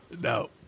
No